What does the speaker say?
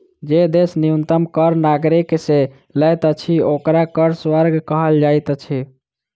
जे देश न्यूनतम कर नागरिक से लैत अछि, ओकरा कर स्वर्ग कहल जाइत अछि